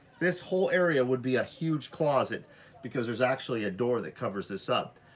this whole area would be a huge closet because there's actually a door that covers this up.